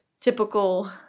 typical